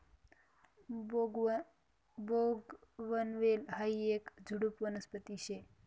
बोगनवेल हायी येक झुडुप वनस्पती शे